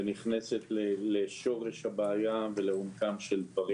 ונכנסת לשורש הבעיה ולעומקם של דברים.